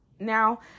Now